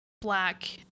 black